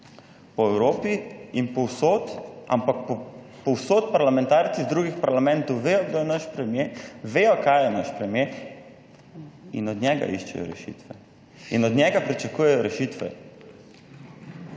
po Evropi in povsod, ampak povsod parlamentarci iz drugih parlamentov vedo, kdo je naš premier, vedo, kaj je naš premier in od njega iščejo rešitve in od njega pričakujejo rešitve.